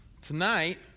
Tonight